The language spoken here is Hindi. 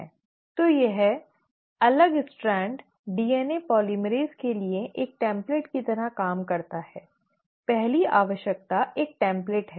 तो यह अलग स्ट्रैंड DNA polymerase के लिए एक टेम्पलेट की तरह काम करता है पहली आवश्यकता एक टेम्पलेट है